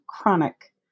chronic